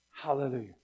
Hallelujah